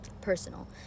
personal